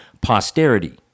posterity